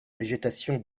végétation